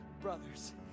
brothers